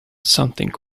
something